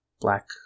black